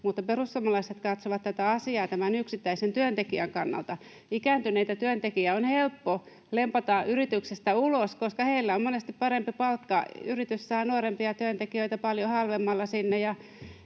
perussuomalaiset katsovat tätä asiaa tämän yksittäisen työntekijän kannalta. Ikääntyneitä työntekijöitä on helppo lempata yrityksestä ulos, koska heillä on monesti parempi palkka. Yritys saa nuorempia työntekijöitä paljon halvemmalla